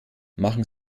machen